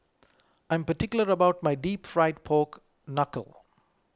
I am particular about my Deep Fried Pork Knuckle